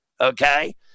Okay